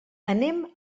anem